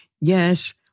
yes